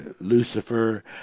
Lucifer